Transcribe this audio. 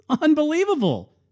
Unbelievable